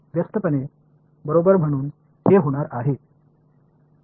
व्यस्तपणे बरोबर म्हणून हे होणार आहे